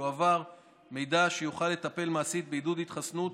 יועבר מידע כדי שיוכל לטפל מעשית בעידוד התחסנות